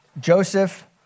Joseph